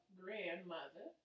grandmother